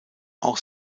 auch